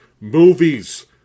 movies